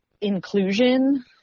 inclusion